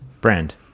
Brand